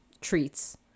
treats